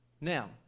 Now